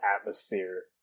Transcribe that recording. atmosphere